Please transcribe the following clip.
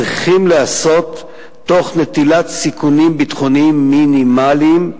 צריכים להיעשות תוך נטילת סיכונים ביטחוניים מינימליים,